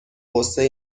غصه